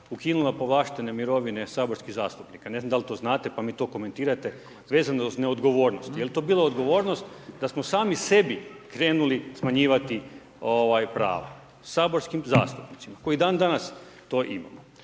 ukinula povlaštene mirovine saborskih zastupnika. Ne znam dal to znate pa mi to komentirate, vezano uz neodgovornost. Jel to bila odgovornost, da smo sami sebi, krenuli smanjivati prava. Saborskim zastupnicima, koji dan danas to imamo.